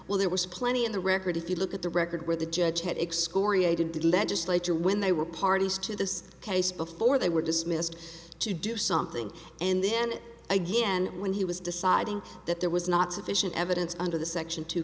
well there was plenty in the record if you look at the record where the judge had excoriated the legislature when they were parties to this case before they were dismissed to do something and then again when he was deciding that there was not sufficient evidence under the section to